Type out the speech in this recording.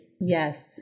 Yes